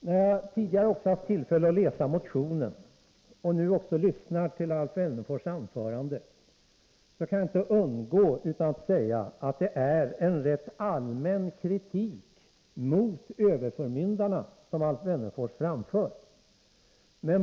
När jag tidigare haft tillfälle att läsa motionen och nu att lyssna till Alf Wennerfors anförande, kan jag inte låta bli att säga att det är en rätt allmän kritik mot överförmyndarna som Alf Wennerfors framför.